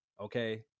Okay